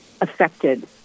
affected